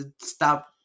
stop